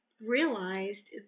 realized